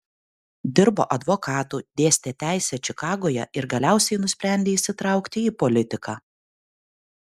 dirbo advokatu dėstė teisę čikagoje ir galiausiai nusprendė įsitraukti į politiką